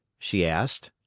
she asked.